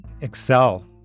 excel